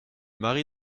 mari